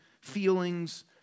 feelings